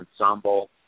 ensemble